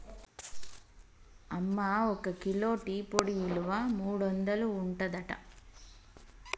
అమ్మ ఒక kilo tea పొడి ఇలువ మూడొందలు ఉంటదట